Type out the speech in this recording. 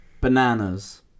Bananas